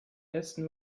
letzten